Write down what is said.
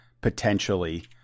potentially